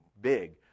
big